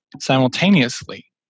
Simultaneously